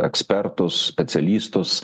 ekspertus specialistus